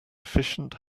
efficient